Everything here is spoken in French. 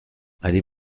allez